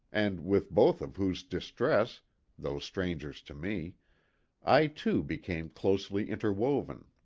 and with both of whose dis tress though strangers to me i too became closely interwoven.